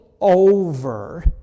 over